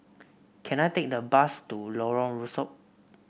can I take the bus to Lorong Rusuk